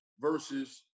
versus